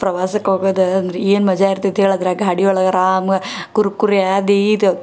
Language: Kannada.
ಪ್ರವಾಸಕ್ಕೆ ಹೋಗೋದ್ ಅಂದ್ರೆ ಏನು ಮಜಾ ಇರ್ತೈತೆ ಹೇಳು ಅದರ ಗಾಡಿ ಒಳ್ಗೆ ಆರಾಮ್ ಕುರ್ಕುರೆ ಅದು ಇದು